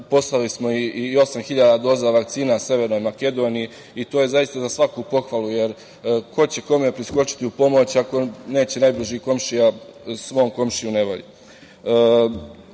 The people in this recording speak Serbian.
poslali smo i osam hiljada doza vakcina Severnoj Makedoniji i to je zaista za svaku pohvalu, jer ko će kome priskočiti u pomoć ako neće najbliži komšija svom komšiji u nevolji? Ono